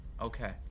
Okay